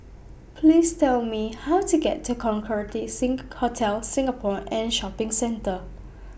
Please Tell Me How to get to Concorde Hotel Singapore and Shopping Centre